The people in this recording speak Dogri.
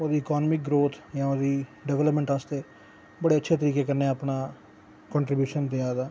ओह् इकाॅनमिक ग्रोथ जां ओह्दी डैवलपमैंट आस्तै बड़े अच्छे तरिके कन्नै अपना कंट्रीब्यूशन देआ दा